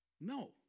No